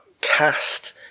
cast